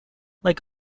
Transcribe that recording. like